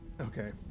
okay